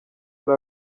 yari